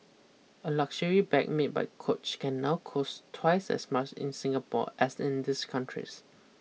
a luxury bag made by Coach can now cost twice as much in Singapore as in these countries